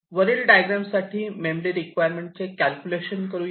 वरील डायग्राम साठी memory requirement चे कॅल्क्युलेशन करूया